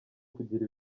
kugira